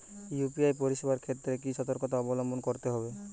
UPI পরিসেবার ক্ষেত্রে কি সতর্কতা অবলম্বন করতে হবে?